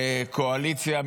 קואליציה,